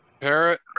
Parrot